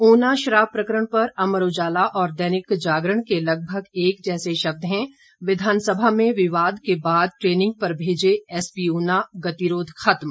ऊना शराब प्रकरण पर अमर उजाला और दैनिक जागरण के लगभग एक जैसे शब्द हैं विधानसभा में विवाद के बाद ट्रेनिंग पर भेजे एसपी ऊना गतिरोध खत्म